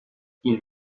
ils